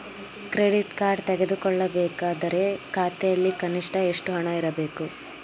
Credit card ತೆಗೆದುಕೊಳ್ಳಬೇಕಾದರೆ ಖಾತೆಯಲ್ಲಿ ಕನಿಷ್ಠ ಎಷ್ಟು ಹಣ ಇರಬೇಕು?